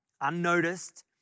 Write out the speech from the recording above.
unnoticed